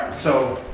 so,